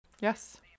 Yes